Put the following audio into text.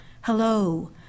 hello